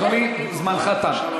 אדוני, זמנך תם.